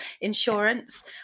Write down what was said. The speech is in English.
insurance